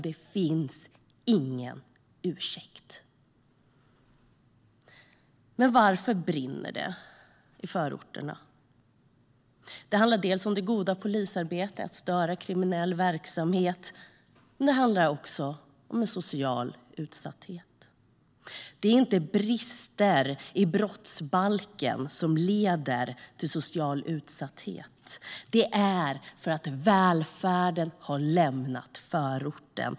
Det finns ingen ursäkt. Men varför brinner det i förorterna? Det handlar dels om det goda polisarbetet att störa kriminell verksamhet, dels om en social utsatthet. Det är inte brister i brottsbalken som leder till social utsatthet. Det är för att välfärden har lämnat förorten.